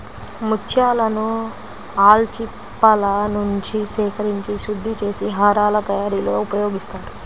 ముత్యాలను ఆల్చిప్పలనుంచి సేకరించి శుద్ధి చేసి హారాల తయారీలో ఉపయోగిస్తారు